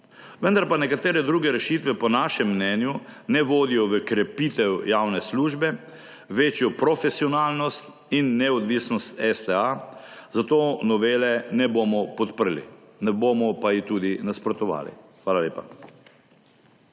vendar pa nekatere druge rešitve po našem mnenju ne vodijo v krepitev javne službe, večjo profesionalnost in neodvisnost STA, zato novele ne bomo podprli, ne bomo pa ji niti nasprotovali. Hvala lepa.